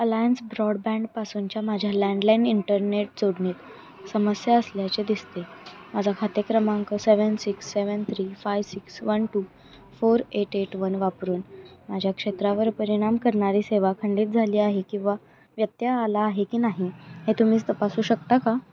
alliance ब्रॉडबँडपासूनच्या माझ्या landline internet जोडणीत समस्या असल्याचे दिसते माझा खाते क्रमांक seven six seven three five six one two four eight eight one वापरून माझ्या क्षेत्रावर परिणाम करणारी सेवा खंडित झाली आहे किंवा व्यत्यय आला आहे की नाही हे तुम्हीच तपासू शकता का